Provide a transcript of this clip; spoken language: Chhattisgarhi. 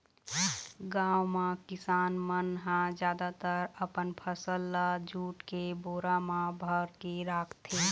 गाँव म किसान मन ह जादातर अपन फसल ल जूट के बोरा म भरके राखथे